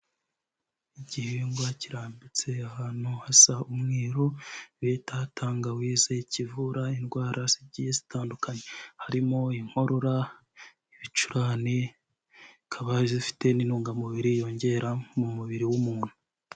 Igihingwa kirambitse ahantu hasa umweru, bita tangawise kivura indwara zigiye zitandukanye, harimo inkorora, ibicurane, zikaba zifite n'intungamubiri yongera mu mubiri w'umuntu.